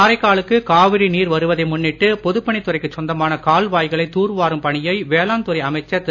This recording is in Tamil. காரைக்காலுக்கு காவிரி நீர் வருவதை முன்னிட்டு பொதுப் பணித் துறைக்கு சொந்தமான கால்வாய்களை தூர் வாரும் பணியை வேளாண் துறை அமைச்சர் திரு